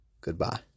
Goodbye